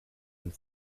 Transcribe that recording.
and